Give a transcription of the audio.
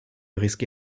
risque